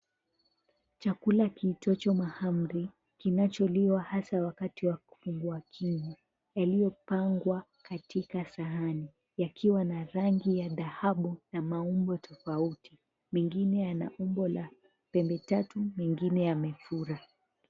Chakula kiitwacho mahamri kinacholiwa hasa wakati wa kufungua kinywa, yaliyopangwa katika sahani yakiwa na rangi ya dhahabu na maumbo tofauti, mingine yana umbo la pembe tatu mengine yana fura.